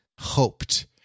hoped